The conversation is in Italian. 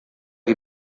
che